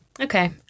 Okay